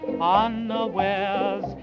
unawares